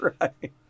Right